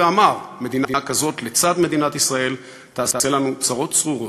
ואמר: מדינה כזאת לצד מדינת ישראל תעשה לנו צרות צרורות.